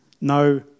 no